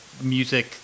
music